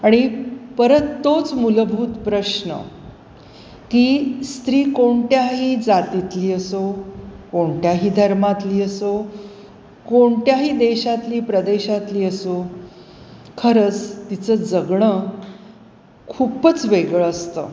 आणि परत तोच मुलभूत प्रश्न की स्त्री कोणत्याही जातीतली असो कोणत्याही धर्मातली असो कोणत्याही देशातली प्रदेशातली असो खरंच तिचं जगणं खूपच वेगळं असतं